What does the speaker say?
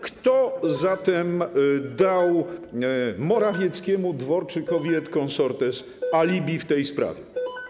Kto zatem dał Morawieckiemu, Dworczykowi et consortes alibi w tej sprawie?